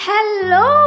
Hello